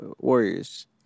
Warriors